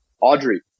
Audrey